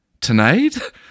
Tonight